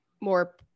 more